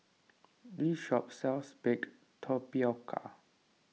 this shop sells Baked Tapioca